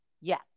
yes